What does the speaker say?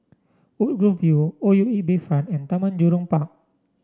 Woodgrove View O U E Bayfront and Taman Jurong Park